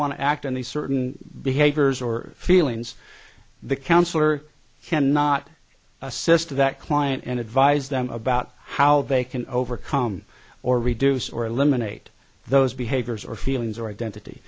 want to act on the certain behaviors or feelings the counsellor cannot assist that client and advise them about how they can overcome or reduce or eliminate those behaviors or feelings or identity